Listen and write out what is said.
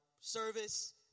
service